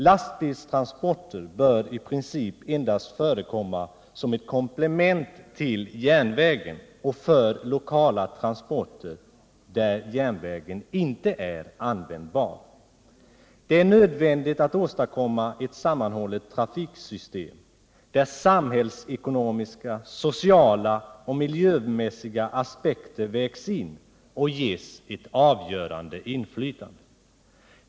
Lastbilstransporter bör i princip endast förekomma som ett komplement till järnvägen och för lokala transporter där järnvägen inte är användbar. Det är nödvändigt att åstadkomma ett sammanhållet trafiksystem, där samhällsekonomiska, sociala och miljömässiga aspekter vägs in och ges ett avgörande inflytande.